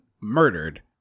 murdered